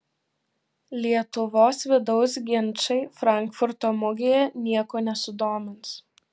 lietuvos vidaus ginčai frankfurto mugėje nieko nesudomins